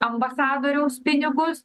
ambasadoriaus pinigus